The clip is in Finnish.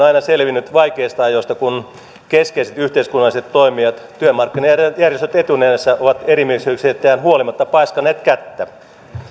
aina selvinnyt vaikeista ajoista kun keskeiset yhteiskunnalliset toimijat työmarkkinajärjestöt etunenässä ovat erimielisyyksistään huolimatta paiskanneet kättä